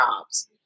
jobs